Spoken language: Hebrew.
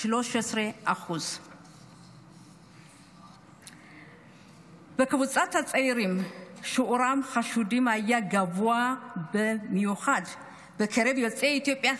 13%. בקבוצת הצעירים שיעור החשודים היה גבוה במיוחד בקרב יוצאי אתיופיה,